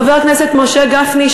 חבר הכנסת משה גפני,